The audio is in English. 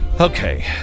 Okay